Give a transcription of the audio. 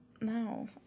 no